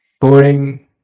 boring